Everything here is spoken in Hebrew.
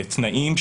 תנאים,